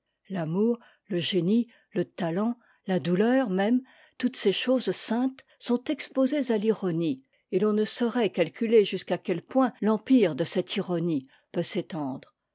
l'amour le génie le talent la douleur même toutes ces choses saintes sont exposées à l'ironie et l'on ne saurait calculer jusqu'à quel point t'empire de cette ironie peut